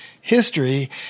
history